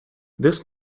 this